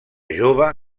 jove